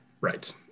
right